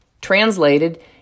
Translated